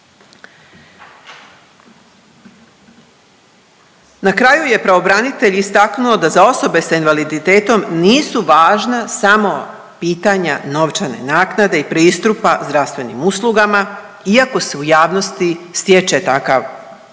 Na kraju je pravobranitelj istaknuo da za osobe sa invaliditetom nisu važna samo pitanja novčane naknade i pristupa zdravstvenim uslugama iako se u javnosti stječe takav pogrešan